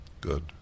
Good